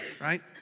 Right